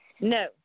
No